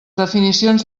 definicions